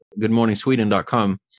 goodmorningsweden.com